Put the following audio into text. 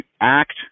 act